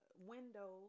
windows